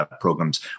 programs